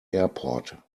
airport